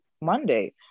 Monday